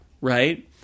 right